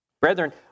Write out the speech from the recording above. Brethren